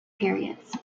periods